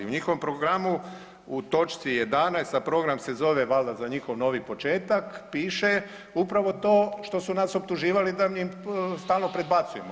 U njihovom programu, u točci 11. a program se zove valjda za njihov novi početak piše upravo to što su nas optuživali da im stalno predbacujemo.